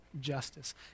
justice